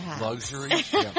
Luxury